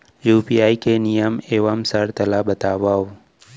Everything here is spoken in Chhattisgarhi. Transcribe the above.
यू.पी.आई के नियम एवं शर्त ला बतावव